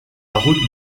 route